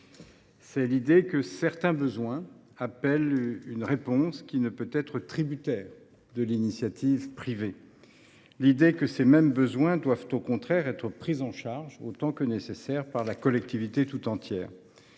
C’est l’idée que certains besoins appellent une réponse qui ne peut être tributaire de l’initiative privée. C’est l’idée que ces mêmes besoins doivent, au contraire, être pris en charge, autant que nécessaire, par la collectivité tout entière.